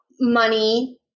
money